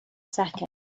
seconds